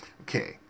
Okay